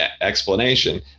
explanation